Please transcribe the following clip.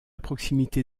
proximité